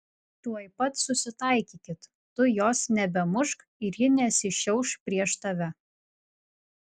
tuoj pat susitaikykit tu jos nebemušk ir ji nesišiauš prieš tave